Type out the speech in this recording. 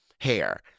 hair